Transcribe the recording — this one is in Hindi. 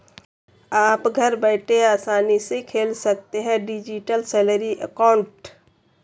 आप घर बैठे आसानी से खोल सकते हैं डिजिटल सैलरी अकाउंट